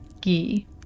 ghee